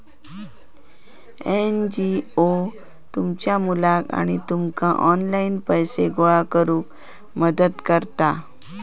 NGO तुमच्या मुलाक आणि तुमका ऑनलाइन पैसे गोळा करूक मदत करतत